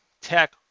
tech